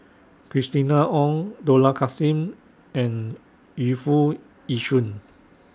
Christina Ong Dollah Kassim and Yu Foo Yee Shoon